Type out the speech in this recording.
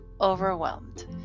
overwhelmed